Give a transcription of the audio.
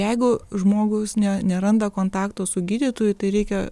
jeigu žmogus neranda kontakto su gydytoju tai reikia